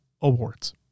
awards